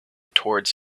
toward